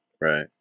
Right